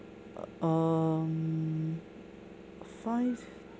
um five